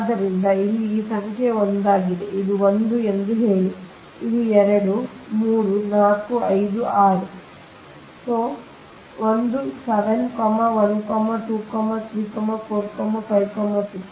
ಆದ್ದರಿಂದ ಇಲ್ಲಿ ಈ ಸಂಖ್ಯೆ ಒಂದಾಗಿದೆ ಇದು 1 ಎಂದು ಹೇಳಿ ಇದು 2 ಎಂದು ಹೇಳಿ ಇದು 3 ಇದು 4 ಇದು 5 ಮತ್ತು ಇದು 6 ಕೇಂದ್ರ ಒಂದು 7 1 2 3 4 5 6